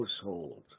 household